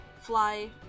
fly